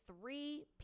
three